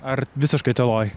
ar visiškai tyloj